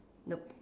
nope